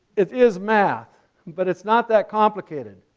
it is math but it's not that complicated.